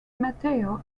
matteo